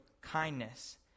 kindness